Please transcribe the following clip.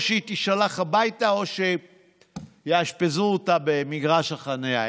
או שהיא תישלח הביתה או שיאשפזו אותה במגרש החניה,